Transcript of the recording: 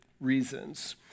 reasons